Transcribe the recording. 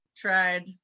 tried